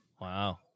Wow